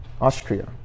Austria